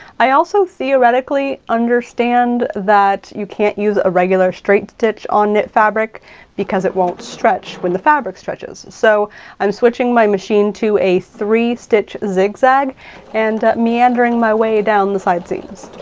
i also theoretically understand that you can't use a regular straight stitch on knit fabric because it won't stretch when the fabric stretches. so i'm switching my machine to a three-stitch zigzag and meandering my way down the side seams.